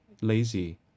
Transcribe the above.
lazy